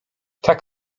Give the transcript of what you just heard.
tak